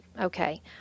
okay